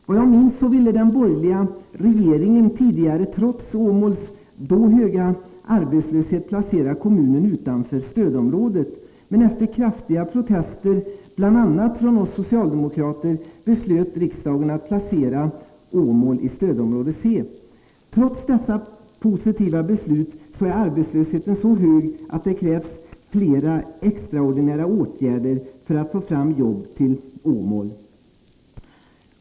Vad jag minns ville den borgerliga regeringen tidigare, trots Åmåls då höga arbetslöshet, placera kommunen utanför stödområdet. Men efter kraftiga protester från bl.a. oss socialdemokrater beslöt riksdagen att placera Åmål i stödområde C. Trots detta positiva beslut är arbetslösheten dock så hög att det krävs flera extraordinära åtgärder för att få fram fler jobb till Åmål.